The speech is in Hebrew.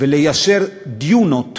וליישר דיונות